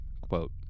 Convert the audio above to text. quote